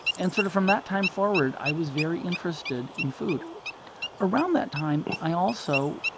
and sort of from that time forward, i was very interested in food around that time, i also